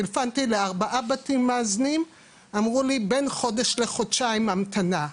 טלפנתי לארבעה בתים מאזנים אמרו לי בין חודש לחודשיים המתנה.